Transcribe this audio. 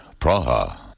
Praha